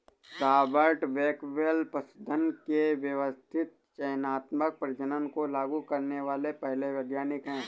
Robert Bakewell पशुधन के व्यवस्थित चयनात्मक प्रजनन को लागू करने वाले पहले वैज्ञानिक है